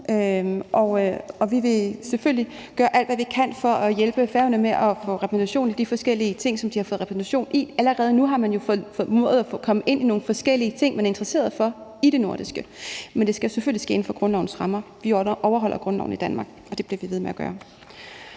Vi vil selvfølgelig gøre alt, hvad vi kan, for at hjælpe Færøerne med repræsentation i de forskellige ting, som de har fået repræsentation i. Allerede nu har man jo formået at komme ind i nogle forskellige ting, man er interesseret i, i det nordiske, men det skal selvfølgelig ske inden for grundlovens rammer. Vi overholder grundloven i Danmark, og det bliver vi ved med at gøre.